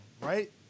right